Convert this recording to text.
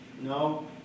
No